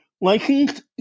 licensed